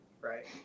Right